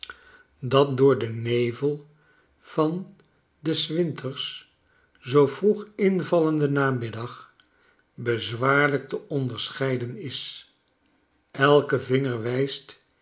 dat door den nevel van den s winters zoo vroeg invallenden namiddag bezwaarlijk te onderscheiden is elke vinger wijst